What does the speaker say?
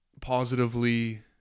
positively